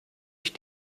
ich